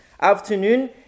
afternoon